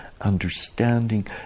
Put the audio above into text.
understanding